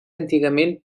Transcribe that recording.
antigament